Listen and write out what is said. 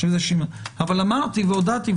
אמרתי והודעתי,